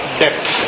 death